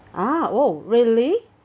ah oh really